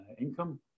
income